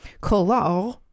Color